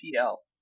PL